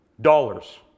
dollars